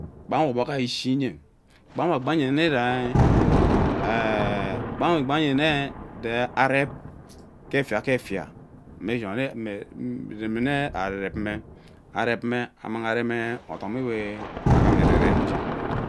Kpa nwe ogbog ishi nnye kpa mme agba nye nye sa rep ke efia ke efia make sme inevi mme arepme ammang arem odom we agham ererem nge.